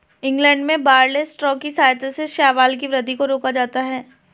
England में barley straw की सहायता से शैवाल की वृद्धि को रोका जाता है